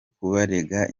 kubarega